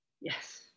Yes